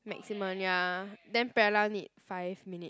maximum ya then parallel need five minute